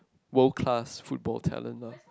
world class football talents